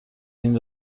این